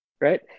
right